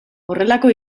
horrelako